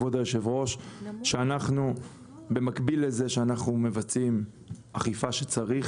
כבוד היו"ר: שבמקביל לזה שאנחנו מבצעים אכיפה כשצריך